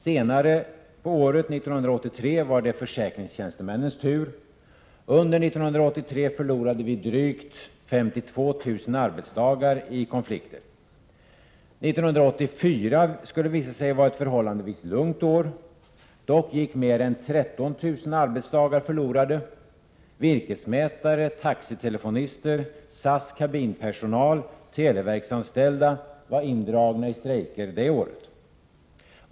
Senare på året, 1983, var det försäkringstjänstemännens tur. Under 1983 förlorade vi drygt 52 000 arbetsdagar i konflikter. År 1984 skulle visa sig vara ett förhållandevis lugnt år. Dock gick mer än 13 000 arbetsdagar förlorade. Virkesmätare, taxitelefonister, SAS kabinpersonal och televerksanställda var indragna i strejker det året.